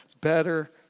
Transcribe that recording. better